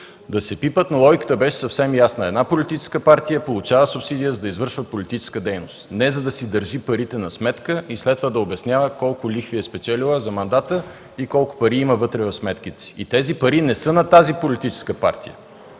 да се пипнат. Логиката беше съвсем ясна: една политическа партия получава субсидия, за да извършва политическа дейност, не за да държи парите си на сметка и след това да обяснява колко лихви е спечелила за мандата и колко пари има вътре в сметките си. Тези пари не са на тази политическа партия,